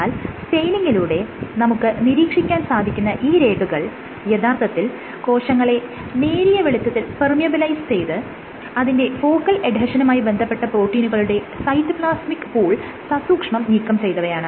എന്നാൽ സ്റ്റെയിനിങ്ങിലൂടെ നമുക്ക് നിരീക്ഷിക്കാൻ സാധിക്കുന്ന ഈ രേഖകൾ യഥാർത്ഥത്തിൽ കോശങ്ങളെ നേരിയ വെളിച്ചത്തിൽ പെർമിയബിലൈസ് ചെയ്ത് അതിന്റെ ഫോക്കൽ എഡ്ഹെഷനുമായി ബന്ധപ്പെട്ട പ്രോട്ടീനുകളുടെ സൈറ്റോപ്ലാസ്മിക് പൂൾ സസൂക്ഷ്മം നീക്കം ചെയ്തവയാണ്